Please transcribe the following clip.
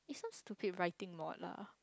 some stupid writing lah